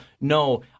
no